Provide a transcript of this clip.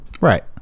Right